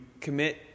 commit